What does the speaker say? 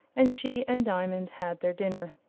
and she and diamond had their dinner.